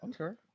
Okay